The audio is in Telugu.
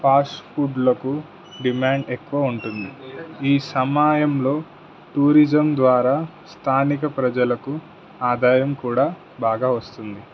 ఫాస్ట్ ఫుడ్లకు డిమాండ్ ఎక్కువ ఉంటుంది ఈ సమయంలో టూరిజం ద్వారా స్థానిక ప్రజలకు ఆదాయం కూడా బాగా వస్తుంది